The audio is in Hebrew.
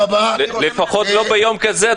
לפחות לא ביום כזה,